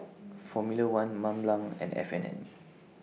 Formula one Mont Blanc and F and N